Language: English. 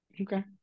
Okay